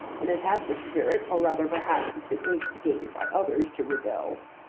and has had the spirit, or rather perhaps has been instigated by others, to rebel.